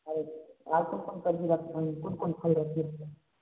आओर आओर कोन कोन सब्जी रखै छी कोन कोन फल रखै छी